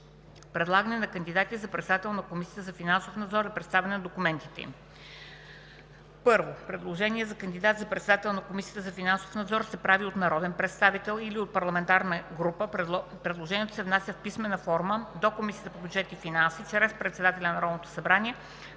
Предлагане на кандидати за председател на Комисията за финансов надзор и представяне на документите им. 1. Предложение за кандидат за председател на Комисията за финансов надзор се прави от народен представител или от парламентарна група. Предложението се внася в писмена форма до Комисията по бюджет и финанси чрез председателя на Народното събрание